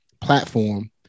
platform